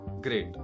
great